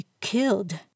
killed